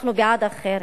אנחנו בעד החרם.